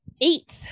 eighth